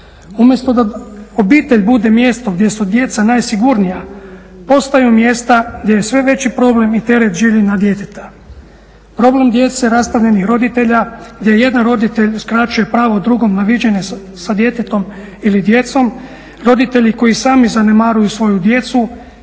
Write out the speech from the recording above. Umjesto da obitelj bude mjesto gdje su djeca najsigurnija, postaju mjesta gdje je sve veći problem i teret življenja djeteta. Problem djece rastavljenih roditelja gdje jedan roditelj uskraćuje pravo drugom na viđenje s djetetom ili djecom. Roditelji koji sami zanemaruju svoju djecu